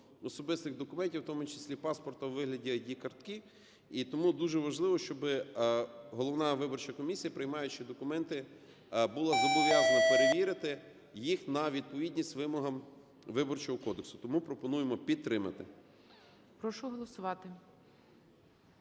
особистих документів, в тому числі паспорта у вигляді ІD-картки, і тому дуже важливо, щоби головна виборча комісія, приймаючи документи, була зобов'язана перевірити їх на відповідність вимогам Виборчого кодексу. Тому пропонуємо підтримати. ГОЛОВУЮЧИЙ. Прошу голосувати.